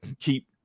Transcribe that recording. keep